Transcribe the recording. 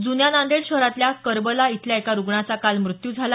जुन्या नांदेड शहरातल्या करबला इथल्या एका रुग्णाचा काल मृत्यू झाला